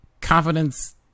confidence